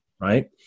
right